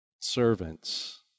Servants